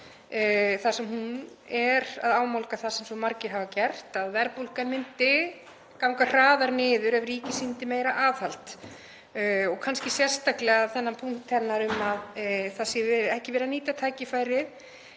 þar sem hún er að ámálga það sem svo margir hafa gert, að verðbólgan myndi ganga hraðar niður ef ríkið sýndi meira aðhald, og kannski sérstaklega þennan punkt hennar um að það sé ekki verið að nýta tækifærið